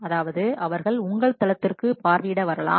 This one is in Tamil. அதாவது அவர்கள் உங்கள் தளத்திற்கு பார்வையிட வரலாம்